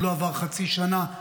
עוד לא עברה חצי שנה,